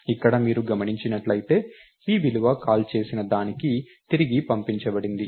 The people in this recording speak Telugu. ఇక్కడ మీరు గమనించినట్లయితే p విలువ కాల్ చేసిన దానికి తిరిగి పంపించబడింది